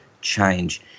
change